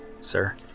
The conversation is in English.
sir